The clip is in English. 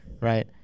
right